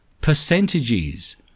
percentages